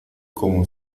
como